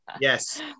Yes